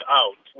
out